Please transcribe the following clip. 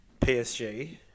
PSG